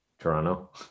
toronto